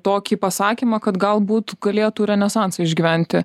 tokį pasakymą kad galbūt galėtų renesansą išgyventi